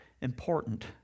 important